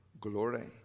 glory